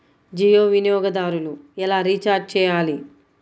జియో వినియోగదారులు ఎలా రీఛార్జ్ చేయాలి?